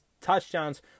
touchdowns